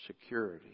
security